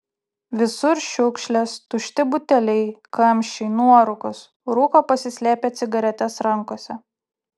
visur šiukšlės tušti buteliai kamščiai nuorūkos rūko pasislėpę cigaretes rankose